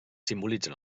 simbolitzen